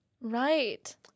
Right